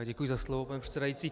Děkuji za slovo, pane předsedající.